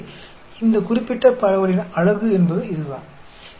तो यह इस विशेष डिस्ट्रीब्यूशन की सुंदरता है